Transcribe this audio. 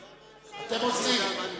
לא, אתם עוזרים.